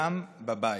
וגם בבית.